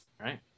right